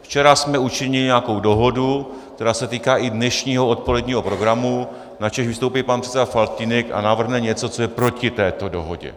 Včera jsme učinili nějakou dohodu, která se týká i dnešního odpoledního program, načež vystoupí pan předseda Faltýnek a navrhne něco, co je proti této dohodě.